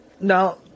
Now